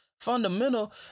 Fundamental